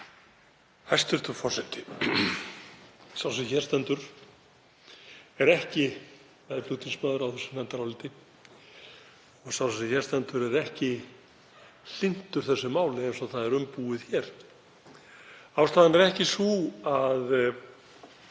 er ekki hlynntur þessu máli eins og það er umbúið hér. Ástæðan er ekki sú að